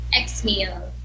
exhale